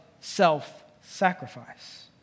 self-sacrifice